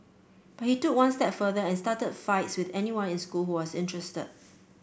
he took one step further and started fights with anyone in school who was interested